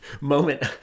moment